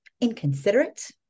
inconsiderate